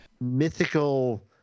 mythical